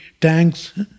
tanks